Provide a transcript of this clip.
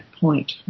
point